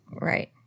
Right